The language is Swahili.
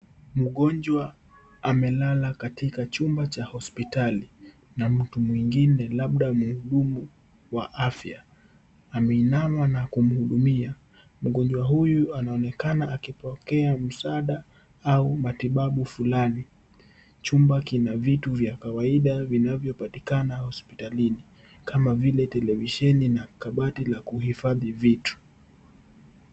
Mgonjwa amelala katika chumba cha hospitali. Na mtu mwingine labda mhudumu wa afya. Ameinama na kumhudumia. Mgonjwa huyu anaonekana akipokea msaada au matibabu fulani. Chumba kina vitu vya kawaida vinavyopatikana hospitalini kama vile televisheni na kabati la kuhifadhi vitu.